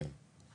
כן.